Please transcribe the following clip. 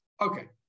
Okay